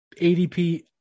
ADP